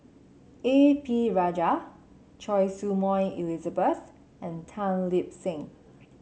A P Rajah Choy Su Moi Elizabeth and Tan Lip Seng